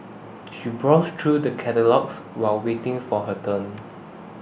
she browsed through the catalogues while waiting for her turn